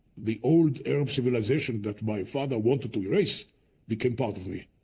the old arab civilization that my father wanted to erase became part of me.